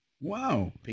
Wow